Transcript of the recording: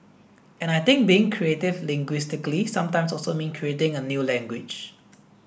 and I think being creative linguistically sometimes also mean creating a new language